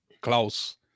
Klaus